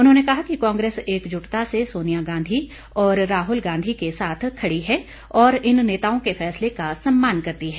उन्होंने कहा कि कांग्रेस एकजुटता से सोनिया गांधी व राहल गांधी के साथ खड़ी है और इन नेताओं के फैसले का सम्मान करती है